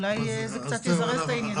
אולי זה קצת יזרז את העניינים.